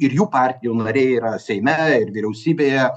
ir jų partijų nariai yra seime ir vyriausybėje